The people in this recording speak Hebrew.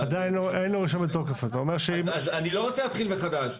אז אני לא רוצה להתחיל מחדש.